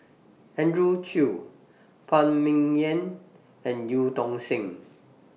Andrew Chew Phan Ming Yen and EU Tong Sen